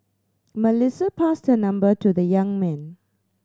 Melissa passed her number to the young man